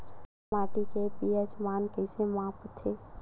माटी के पी.एच मान कइसे मापथे?